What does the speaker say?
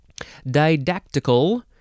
Didactical